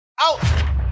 Out